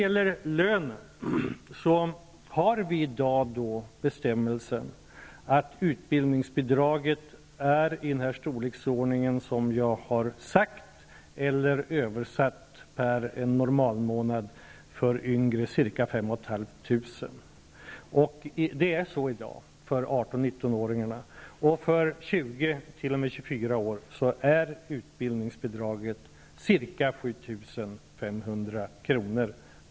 Vi har i dag en bestämmelse som säger att utbildningsbidraget ligger på den storlek jag har nämnt, dvs. en normal månadslön för yngre är ca 5 500 kr. Det är så i dag för ungdomar på 18 och 19 år, och för dem mellan 20 och 24 år är utbildningsbidraget ca 7 500 kr.